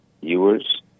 viewers